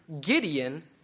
Gideon